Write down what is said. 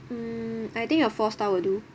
mm I think a four star will do